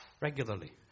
regularly